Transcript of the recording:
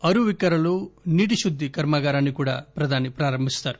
అరువిక్కరలో నీటిశుద్ది కర్మాగారాన్ని కూడా ప్రధాని ప్రారంభిస్తారు